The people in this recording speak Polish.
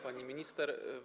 Pani Minister!